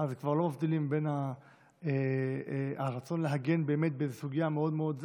אז כבר לא מבדילים בין הרצון להגן באמת באיזו סוגיה מאוד מאוד,